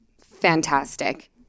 fantastic